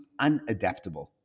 unadaptable